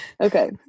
Okay